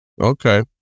Okay